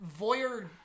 voyeur